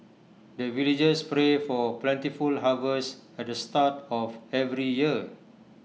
the villagers pray for plentiful harvest at the start of every year